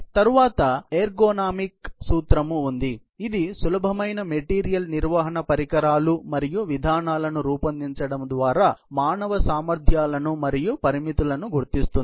తరువాత ఎర్గోనామిక్ సూత్రం ఉంది ఇది సులభమైన మెటీరియల్ నిర్వహణ పరికరాలు మరియు విధానాలను రూపొందించడం ద్వారా మానవ సామర్థ్యాలను మరియు పరిమితులను గుర్తిస్తుంది